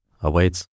awaits